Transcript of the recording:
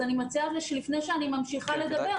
אז אני מציעה לפני שאני ממשיכה לדבר,